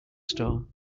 store